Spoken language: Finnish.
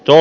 tule